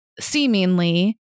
seemingly